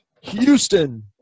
Houston